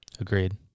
Agreed